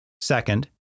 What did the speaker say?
Second